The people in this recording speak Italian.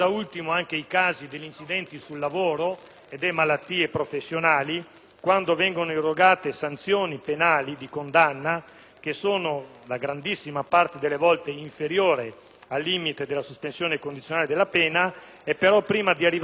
Quando vengono irrogate sanzioni penali di condanna, che nella maggior parte dei casi sono di molto inferiori al limite della sospensione condizionale della pena, prima di arrivare ad un risarcimento del danno reale per i lavoratori e le vittime,